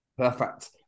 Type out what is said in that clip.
Perfect